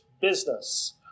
business